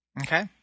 Okay